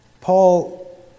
Paul